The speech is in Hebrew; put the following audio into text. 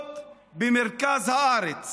נמצאות במרכז הארץ,